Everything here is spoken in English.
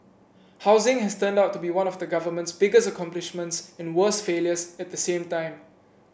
housing has turned out to be one of the government's biggest accomplishments and worst failures at the same time